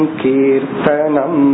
kirtanam